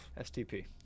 STP